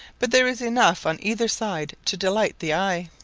but there is enough on either side to delight the eye.